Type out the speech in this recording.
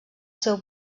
seu